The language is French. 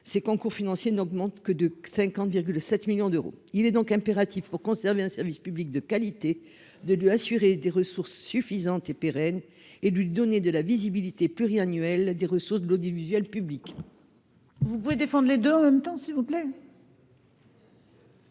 ses concours financiers n'augmente que de que 50 7 millions d'euros, il est donc impératif pour conserver un service public de qualité, de lui assurer des ressources suffisantes et pérennes et lui donner de la visibilité pluriannuelle des ressources Gaudy visuel. Vous pouvez défendent les deux en même temps, s'il vous plaît.